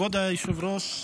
כבוד היושב-ראש,